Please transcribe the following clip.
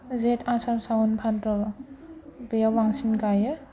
जेथ आसार सावोन भाद्र' बेयाव बांसिन गायो